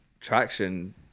traction